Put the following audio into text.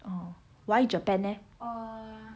oh why japan leh